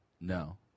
No